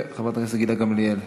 וחברת הכנסת גילה גמליאל,